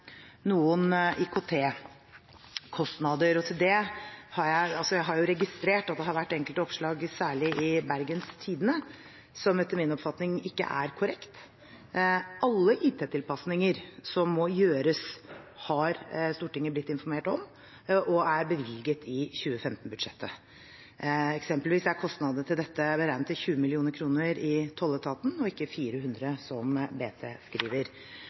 noen IKT-kostnader, og når det gjelder det, har jeg registrert at det har vært enkelte oppslag, særlig i Bergens Tidende, som etter min oppfatning ikke er korrekt. Alle IT-tilpasninger som må gjøres, har Stortinget blitt informert om, og de er bevilget i 2015-budsjettet. Eksempelvis er kostnadene til dette beregnet til 20 mill. kr i tolletaten og ikke 400 mill. kr, som BT skriver.